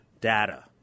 data